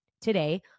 Today